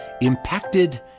impacted